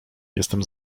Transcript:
jestem